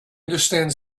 understand